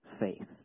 faith